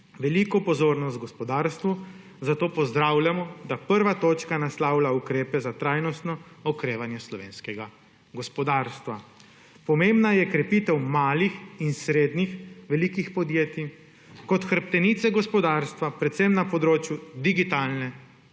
veliko pozornost gospodarstvu, zato pozdravljamo, da prva točka naslavlja ukrepe za trajnostno okrevanje slovenskega gospodarstva. Pomembna je krepitev malih in srednje velikih podjetij kot hrbtenice gospodarstva predvsem na področju digitalne